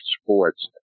sports